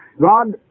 God